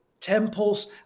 temples